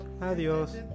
adiós